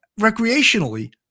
recreationally